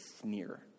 sneer